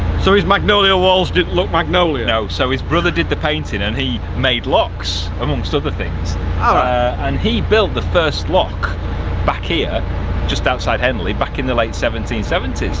so his magnolia walls didn't look magnolia? no, so his brother did the painting and he made locks amongst other things ah and he built the first lock back here just outside henley, back in the late seventeen seventy